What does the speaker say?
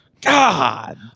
God